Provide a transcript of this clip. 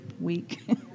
week